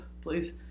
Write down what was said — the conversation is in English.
Please